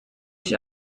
ich